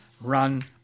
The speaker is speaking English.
run